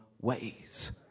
ways